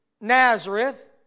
Nazareth